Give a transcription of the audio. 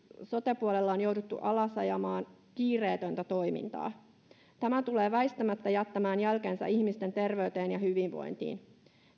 sote puolella on jouduttu alasajamaan kiireetöntä toimintaa tämä tulee väistämättä jättämään jälkensä ihmisten terveyteen ja hyvinvointiin